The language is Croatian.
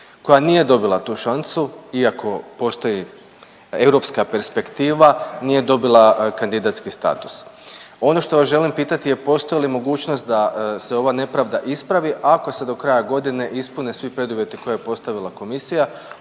koja nije dobila tu šansu iako postoji europska perspektiva, nije dobila kandidatski status. Ono što vas želim pitati je postoji li mogućnost da se ova nepravda ispravi ako se do kraja godine ispune svi preduvjeti koje je postavila komisija